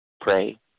Pray